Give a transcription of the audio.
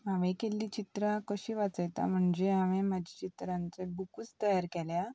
हांवें केल्लीं चित्रां कशी वाचयता म्हणजे हांवें म्हाज्या चित्रांचो बुकूच तयार केल्या